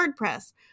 WordPress